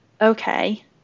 okay